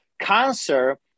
Cancer